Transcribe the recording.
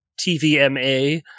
tvma